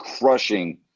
crushing